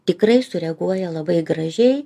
tikrai sureaguoja labai gražiai